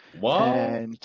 Wow